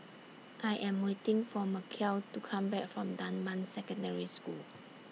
I Am waiting For Mechelle to Come Back from Dunman Secondary School